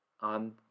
On